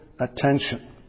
attention